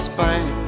Spain